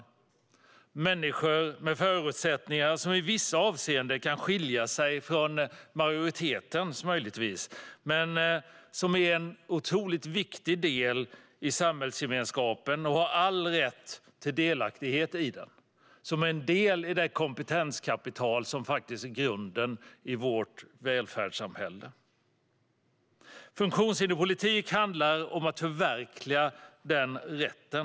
Det är människor med förutsättningar som i vissa avseenden möjligtvis kan skilja sig från majoritetens, men dessa människor är en otroligt viktig del av samhällsgemenskapen och har all rätt till delaktighet i den som en del i det kompetenskapital som är grunden för vårt välfärdssamhälle. Funktionshinderspolitik handlar om att förverkliga den rätten.